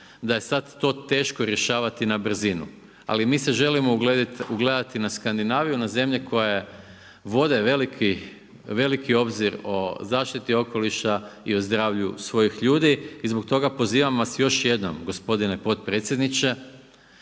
da je sada to teško rješavati na brzinu. Ali mi se želimo ugledati na Skandinaviju na zemlje koje vode veliki obzir o zaštiti okoliša i o zdravlju svojih ljudi. I zbog toga pozivam vas još jednom gospodine potpredsjedniče,